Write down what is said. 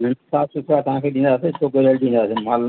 हू साफ़ु सुठा तव्हांखे ॾींदासीं छो ॻरियल ॾींदासीं फल